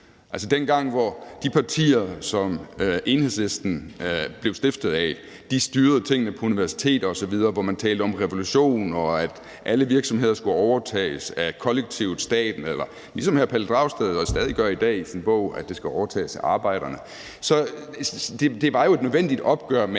altså dengang, hvor de partier, som Enhedslisten blev stiftet af, styrede tingene på universiteter osv., hvor man talte om revolution, og at alle virksomheder skulle overtages kollektivt eller af staten eller, ligesom hr. Pelle Dragsted stadig gør i dag i sin bog, overtages af arbejderne. Det var jo et nødvendigt opgør med